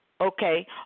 okay